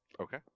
okay